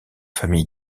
famille